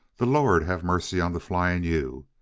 the lord have mercy on the flying u!